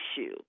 issue